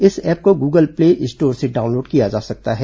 इस ऐप को Google play store से डाउनलोड किया जा सकता है